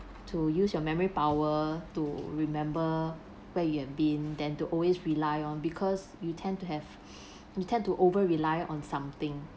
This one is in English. to use your memory power to remember where you have been than to always rely on because you tend to have we tend to over rely on something